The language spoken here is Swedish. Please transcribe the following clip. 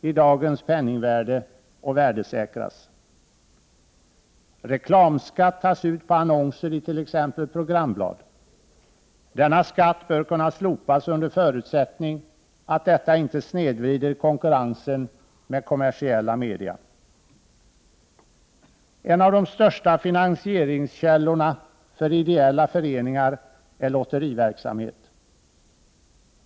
i dagens penningvärde och värdesäkras. Reklamskatt tas ut på annonser i t.ex. programblad. Denna skatt bör kunna slopas under förutsättning att detta inte snedvrider konkurrensen med kommersiella media. En av de största finansieringskällorna för ideella föreningar är lotteriverksamhet.